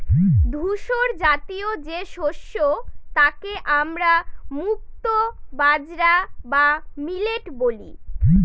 ধূসরজাতীয় যে শস্য তাকে আমরা মুক্তো বাজরা বা মিলেট বলি